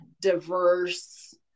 diverse